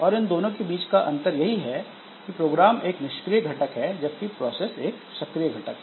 और इन दोनों के बीच का अंतर यही है कि प्रोग्राम एक निष्क्रिय घटक हैं जबकि प्रोसेस एक सक्रिय घटक है